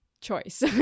choice